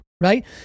right